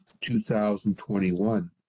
2021